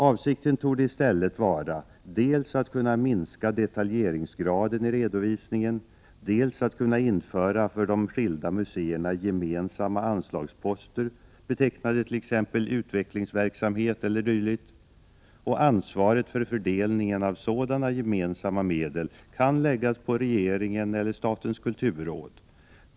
Avsikten torde i stället vara dels att kunna minska detaljeringsgraden i redovisningen, dels att kunna införa för de skilda museerna gemensamma anslagsposter, betecknade t.ex. utvecklingsverksamhet. Ansvaret för fördelningen av sådana gemensamma medel kan läggas på regeringen eller kulturrådet.